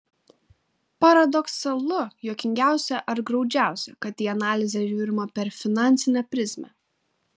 paradoksalu juokingiausia ar graudžiausia kad į analizę žiūrima per finansinę prizmę